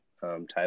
type